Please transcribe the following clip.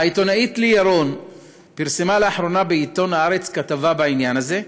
העיתונאית לי ירון פרסמה לאחרונה בעיתון הארץ כתבה בעניין הזה,